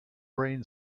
brain